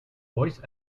voice